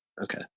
Okay